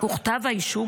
וכתב האישום,